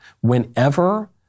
whenever